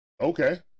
Okay